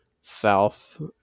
south